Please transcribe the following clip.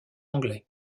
anglais